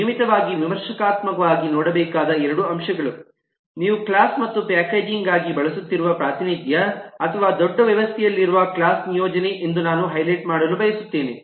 ನಿಯಮಿತವಾಗಿ ವಿಮರ್ಶಾತ್ಮಕವಾಗಿ ನೋಡಬೇಕಾದ ಎರಡು ಅಂಶಗಳು ನೀವು ಕ್ಲಾಸ್ ಮತ್ತು ಪ್ಯಾಕೇಜಿಂಗ್ ಗಾಗಿ ಬಳಸುತ್ತಿರುವ ಪ್ರಾತಿನಿಧ್ಯ ಅಥವಾ ದೊಡ್ಡ ವ್ಯವಸ್ಥೆಯಲ್ಲಿರುವ ಕ್ಲಾಸ್ನಿಯೋಜನೆ ಎಂದು ನಾನು ಹೈಲೈಟ್ ಮಾಡಲು ಬಯಸುತ್ತೇನೆ